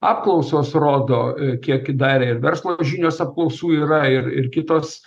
apklausos rodo kiek darė ir verslo žinios apklausų yra ir kitos